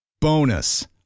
Bonus